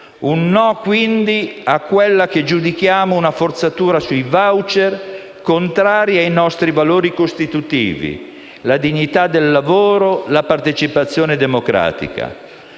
no, quindi, a quella che giudichiamo una forzatura sui *voucher*, contraria ai nostri valori costitutivi: la dignità del lavoro, la partecipazione democratica.